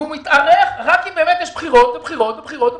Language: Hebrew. הוא מתארך, רק אם באמת יש בחירות ובחירות ובחירות.